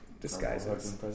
disguises